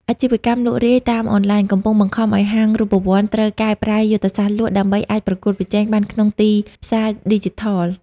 អាជីវកម្មលក់រាយតាមអនឡាញ កំពុងបង្ខំឱ្យហាងរូបវន្តត្រូវកែប្រែយុទ្ធសាស្ត្រលក់ ដើម្បីអាចប្រកួតប្រជែងបានក្នុងទីផ្សារឌីជីថល។